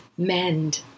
mend